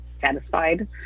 satisfied